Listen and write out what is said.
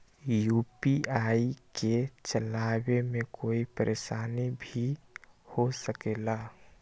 UPI के चलावे मे कोई परेशानी भी हो सकेला?